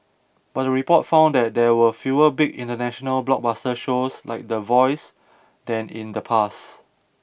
but the report found that there were fewer big international blockbuster shows like The Voice than in the past